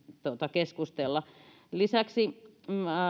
keskustella lisäksi